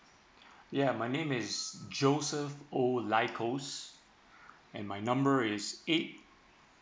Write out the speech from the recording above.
ya my name is joseph oh lai cos and my number is eight